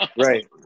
Right